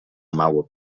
mało